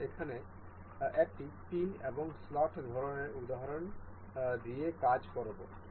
আমরা এখানে একটি পিন এবং স্লট ধরনের উদাহরণ দিয়ে কাজ করব